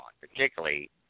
particularly